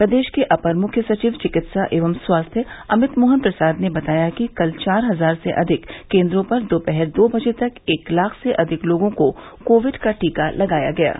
प्रदेश के अपर मुख्य सचिव चिकित्सा एवं स्वास्थ्य अमित मोहन प्रसाद ने बताया कि कल चार हजार से अधिक केन्द्रों पर दोपहर दो बजे तक एक लाख से अधिक लोगों को कोविड का टीका लगाया गया है